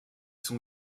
son